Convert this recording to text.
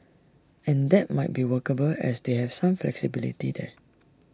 and that might be workable as they have some flexibility there